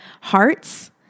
hearts